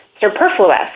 superfluous